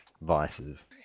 vices